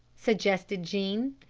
suggested jean.